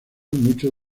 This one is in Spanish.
muchos